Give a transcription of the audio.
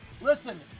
Listen